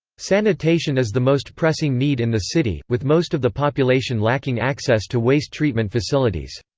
sanitation is the most pressing need in the city, with most of the population lacking access to waste treatment facilities.